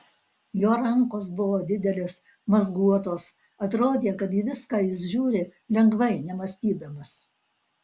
jo rankos buvo didelės mazguotos atrodė kad į viską jis žiūri lengvai nemąstydamas